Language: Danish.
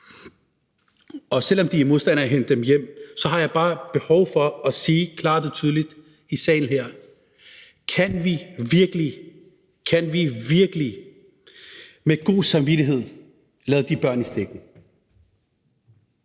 og selv om de er modstandere af at hente dem hjem, har jeg bare behov for at sige klart og tydeligt her i salen: Kan vi virkelig med god samvittighed lade de børn i stikken?